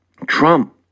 Trump